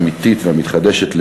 האמיתית והמתחדשת,